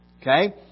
Okay